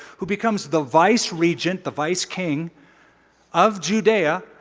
who becomes the vise regent the vise king of judea.